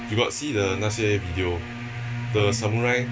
you got see the 那些 video the samurai